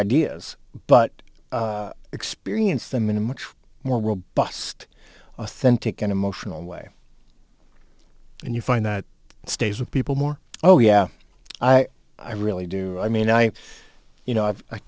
ideas but experience them in a much more robust authentic and emotional way and you find that stays with people more oh yeah i really do i mean i you know i've